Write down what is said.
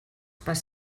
pas